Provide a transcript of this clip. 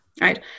Right